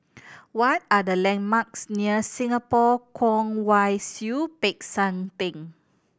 what are the landmarks near Singapore Kwong Wai Siew Peck San Theng